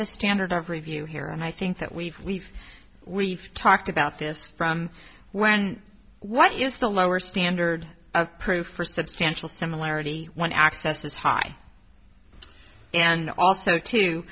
the standard of review here and i think that we've we've we've talked about this when what is the lower standard at proof or substantial similarity when access is high and also to